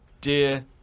dear